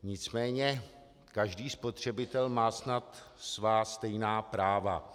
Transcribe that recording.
Nicméně každý spotřebitel má snad svá stejná práva.